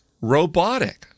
robotic